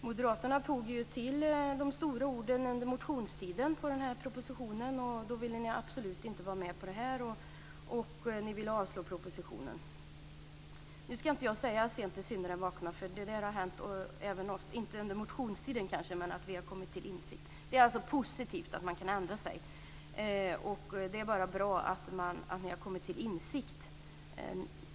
Moderaterna tog till de stora orden under motionstiden efter den här propositionen, och då ville de absolut inte vara med på det här och ville avslå propositionen. Nu ska jag inte säga "sent ska syndaren vakna", för det har hänt även oss - kanske inte under motionstiden, men att vi har kommit till insikt. Det är alltså positivt att man kan ändra sig. Det är bara bra att de flesta moderater har kommit till insikt.